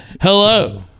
Hello